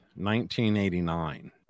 1989